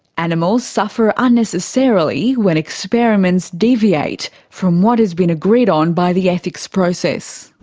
animals suffer unnecessarily when experiments deviate from what has been agreed on by the ethics process.